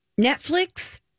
Netflix